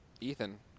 Ethan